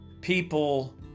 people